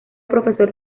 profesor